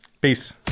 Peace